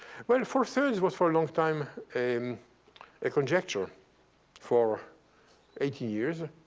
well, four three was for a long time a a conjecture for eighty years.